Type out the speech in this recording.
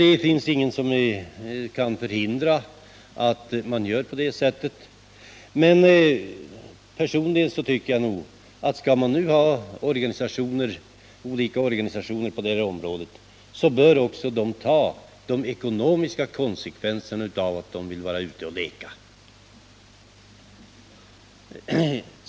Det finns ingen som kan förhindra att man gör på det sättet, men personligen tycker jag att om man skall ha olika organisationer på det här området bör de också ta de ekonomiska konsekvenserna av att de vill vara med och leka.